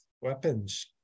weapons